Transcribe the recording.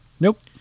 Nope